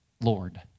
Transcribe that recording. Lord